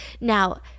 Now